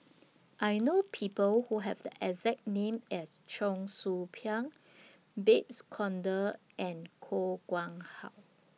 I know People Who Have The exact name as Cheong Soo Pieng Babes Conde and Koh Nguang How